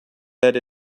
that